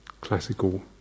classical